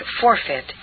forfeit